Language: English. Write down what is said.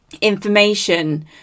information